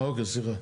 אה, אוקיי, סליחה.